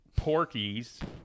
Porkies